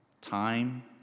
Time